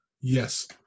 Yes